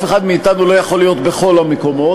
אף אחד מאתנו לא יכול להיות בכל המקומות,